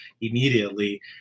immediately